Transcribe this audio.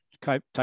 type